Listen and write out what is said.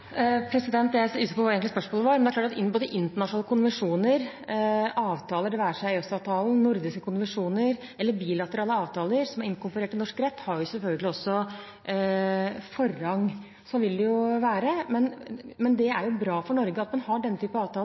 Jeg er usikker på hva spørsmålet egentlig var, men det er klart at inngåtte internasjonale konvensjoner og avtaler, det være seg EØS-avtalen, nordiske konvensjoner eller bilaterale avtaler som er inkorporert i norsk rett, har selvfølgelig også forrang. Sånn vil det være, men det er jo bra for Norge at man har denne typen avtaler,